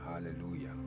hallelujah